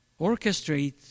orchestrate